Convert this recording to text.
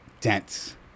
dense